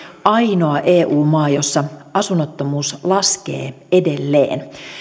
ainoa eu maa jossa asunnottomuus laskee edelleen